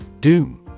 Doom